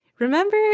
Remember